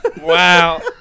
Wow